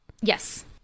Yes